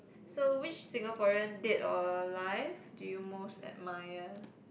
so which Singaporean dead or alive do you most admire